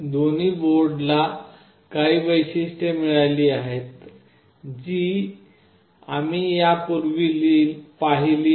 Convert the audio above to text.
दोन्ही बोर्डांना काही वैशिष्ट्ये मिळाली आहेत जी आम्ही यापूर्वी पाहिली आहेत